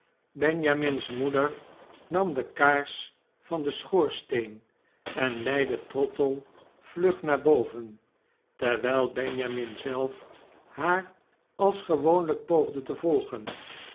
benjamin's moeder nam de kaars van den schoorsteen en leidde trottle vlug naar boven terwyl benjamin zelf haar als gewoonlp poogde te volgen